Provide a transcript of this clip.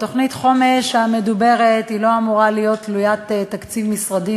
תוכנית החומש המדוברת לא אמורה להיות תלוית תקציב משרדי.